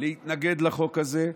להתנגד לחוק הזה,